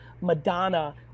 Madonna